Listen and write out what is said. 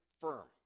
firm